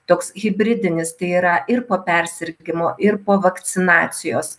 toks hibridinis tai yra ir po persirgimo ir po vakcinacijos